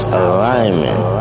alignment